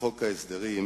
בחוק ההסדרים מצאנו,